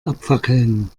abfackeln